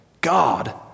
God